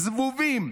זבובים,